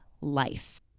life